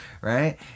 right